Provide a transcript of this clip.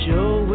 Joe